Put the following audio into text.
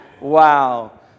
Wow